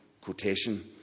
quotation